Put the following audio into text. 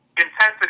Intensity